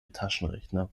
taschenrechner